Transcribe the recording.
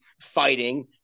fighting